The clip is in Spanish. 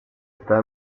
está